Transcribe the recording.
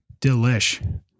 delish